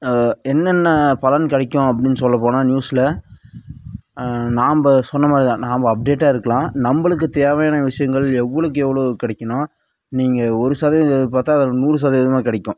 என்னென்ன பலன் கிடைக்கும் அப்படின்னு சொல்லப் போனால் நியூஸில் நாம்ம சொன்ன மாதிரி தான் நாம் அப்டேட்டாக இருக்கலாம் நம்மளுக்கு தேவையான விஷயங்கள் எவ்வளோக்கு எவ்வளோ கிடைக்குன்னா நீங்க ஒரு சதவீதம் எதிர்பார்த்தால் அது நூறு சதவீதமாக கிடைக்கும்